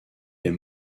est